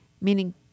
meaning